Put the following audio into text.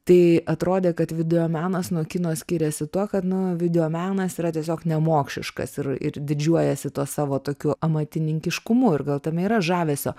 tai atrodė kad videomenas nuo kito skiriasi tuo kad nu videomenas yra tiesiog nemokšiškas ir ir didžiuojasi tuo savo tokiu amatininkiškumu ir gal tame yra žavesio